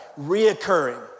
reoccurring